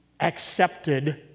accepted